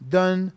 done